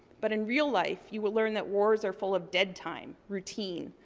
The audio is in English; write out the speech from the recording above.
but in real life, you will learn that wars are full of dead time. routine.